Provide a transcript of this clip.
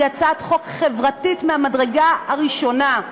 היא הצעת חוק חברתית, מהמדרגה הראשונה.